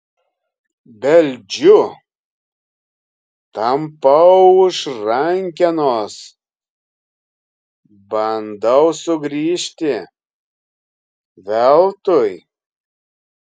beldžiu tampau už rankenos bandau sugrįžti veltui